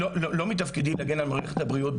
לא מתפקידי להגן על מערכת הבריאות,